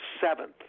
seventh